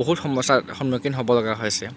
বহুত সমস্যা সন্মুখীন হ'বলগীয়া হৈছে